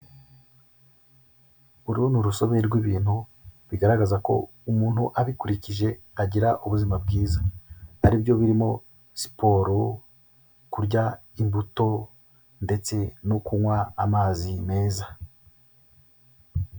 Uru ni urusobe rw'ibintu bigaragaza ko umuntu abikurikije agira ubuzima bwiza, ari byo birimo siporo, kurya imbuto ndetse no kunywa amazi meza.